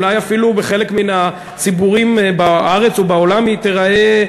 אולי אפילו בחלק מהציבורים בארץ ובעולם היא תיראה,